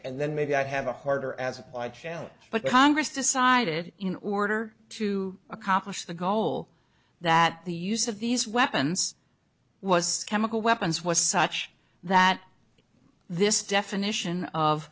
and then maybe i have a harder as i shall but congress decided in order to accomplish the goal that the use of these weapons was chemical weapons was such that this definition of